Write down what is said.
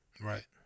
Right